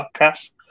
podcast